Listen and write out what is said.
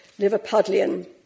Liverpudlian